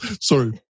Sorry